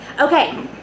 Okay